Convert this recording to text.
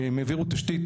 הם העבירו תשתית,